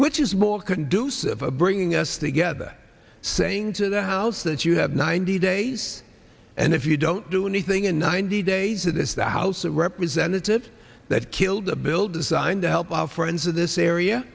which is more conducive of bringing us together saying to the house that you have ninety days and if you don't do anything in ninety days that is the house of representatives that killed a bill designed to help our friends in this area